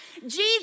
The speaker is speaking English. Jesus